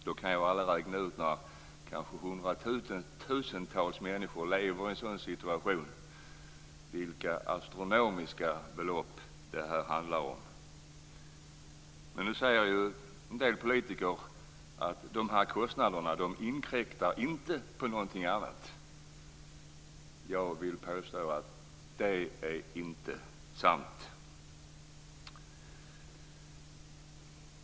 Då kan ju alla räkna ut vilka astronomiska belopp det handlar om när kanske hundratusentals människor lever i en sådan situation. Men nu säger ju en del politiker att dessa kostnader inte inkräktar på något annat. Jag vill påstå att det inte är sant.